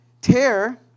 tear